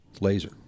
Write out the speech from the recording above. laser